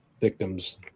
victims